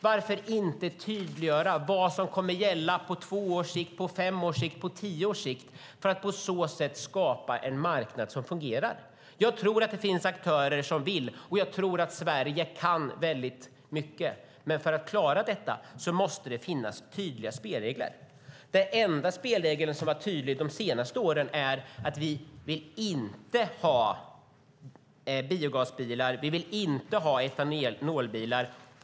Varför inte tydliggöra vad som kommer att gälla på två års sikt, på fem års sikt eller på tio års sikt, för att på så sätt skapa en marknad som fungerar? Jag tror att det finns aktörer som vill, och jag tror att Sverige kan väldigt mycket. Men för att klara detta måste det finnas tydliga spelregler. Den enda spelregeln som har varit tydlig de senaste åren är att vi inte vill ha biogasbilar eller etanolbilar.